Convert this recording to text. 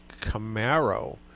Camaro